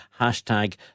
hashtag